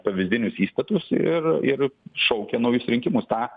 pavyzdinius įstatus ir ir šaukia naujus rinkimus tą